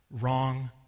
wrong